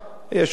יש עוד דגש,